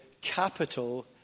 capital